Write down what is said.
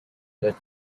that